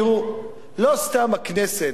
תראו, לא סתם הכנסת